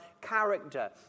character